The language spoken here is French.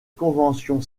convention